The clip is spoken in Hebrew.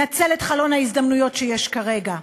נצל את חלון ההזדמנויות שיש כרגע.